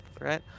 right